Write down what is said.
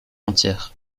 entière